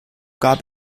gab